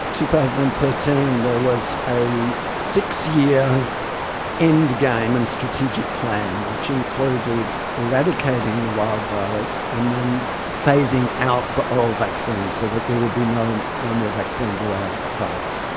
two thousand and thirteen there was a six-year endgame and strategic plan, which included eradicating the wild virus and then phasing out the oral vaccine, so that they there would be no no more vaccine derived virus.